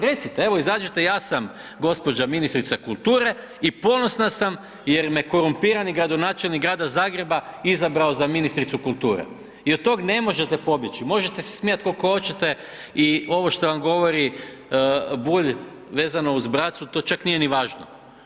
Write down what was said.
Recite, evo izađite, ja sam gđa. ministrica kulture i ponosna sam jer me korumpirani gradonačelnik Grada Zagreba izabrao za ministricu kulture i od tog ne možete pobjeći, možete se smijat koliko oćete i ovo što vam govori Bulj vezano uz bracu, to čak nije ni važno.